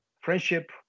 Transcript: friendship